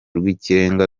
rw’ikirenga